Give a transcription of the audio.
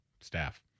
staff